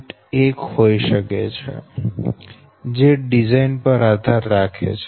1 હોય શકે જે ડિઝાઈન પર આધાર રાખે છે